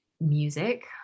music